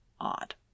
odd